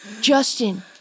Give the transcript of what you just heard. Justin